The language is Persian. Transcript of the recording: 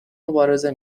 مبارزه